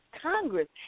Congress